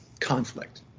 Conflict